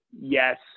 Yes